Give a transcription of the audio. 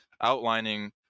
outlining